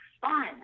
fun